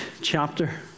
chapter